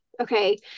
okay